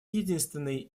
единственный